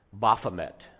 Baphomet